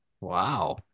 Wow